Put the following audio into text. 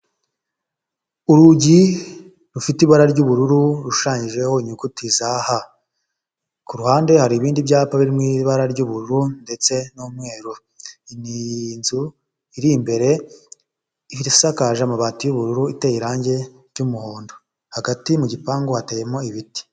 Urugi rufite ibara ry'ubururu rushushanyijeho inyuguti za ha, ku ruhande hari ibindi byapa biri mu ibara ry'ubururu ndetse n'umweru ni inzu iri imbere isakaje amabati y'ubururu iteye irangi ry'umuhondo, hagati mu gipangu hateyemo ibiti.